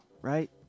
right